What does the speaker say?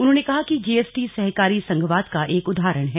उन्होंने कहा कि जीएसटी सहकारी संघवाद का एक उदाहरण है